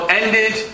ended